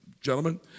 gentlemen